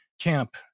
camp